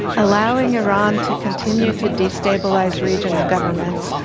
allowing iran to continue to destabilize regional governments,